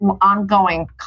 ongoing